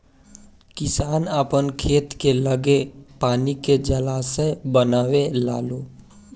किसान आपन खेत के लगे पानी के जलाशय बनवे लालो